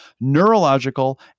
neurological